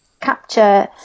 capture